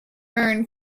urn